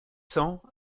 cents